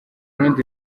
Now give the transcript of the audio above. rundi